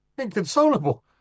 Inconsolable